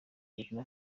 burkina